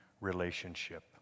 relationship